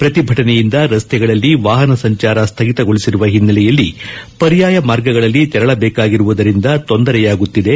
ಪ್ರತಿಭಟನೆಯಿಂದ ರಸ್ತೆಗಳಲ್ಲಿ ವಾಹನ ಸಂಚಾರ ಸ್ಥಗಿತಗೊಳಿಸಿರುವ ಹಿನ್ನೆಲೆಯಲ್ಲಿ ಪರ್ಯಾಯ ಮಾರ್ಗಗಳಲ್ಲಿ ತೆರಳಬೇಕಾಗಿರುವುದರಿಂದ ತೊಂದರೆಯಾಗುತ್ತಿದೆ